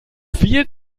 viel